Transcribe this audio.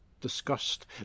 discussed